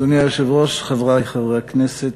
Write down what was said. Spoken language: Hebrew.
אדוני היושב-ראש, חברי חברי הכנסת,